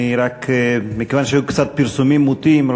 מכיוון שהיו קצת פרסומים מוטעים,